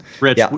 Rich